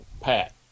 Pat